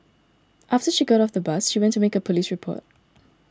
after she got off the bus she went to make a police report